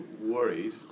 worries